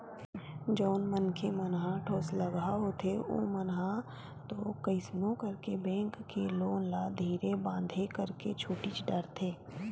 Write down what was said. जउन मनखे मन ह ठोसलगहा होथे ओमन ह तो कइसनो करके बेंक के लोन ल धीरे बांधे करके छूटीच डरथे